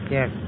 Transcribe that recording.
Yes